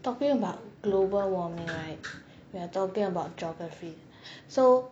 talking about global warming right we're talking about geography so